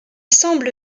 semble